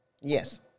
Yes